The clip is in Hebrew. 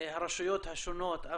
הרשויות השונות.